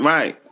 Right